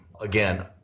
again